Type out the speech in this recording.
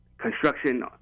construction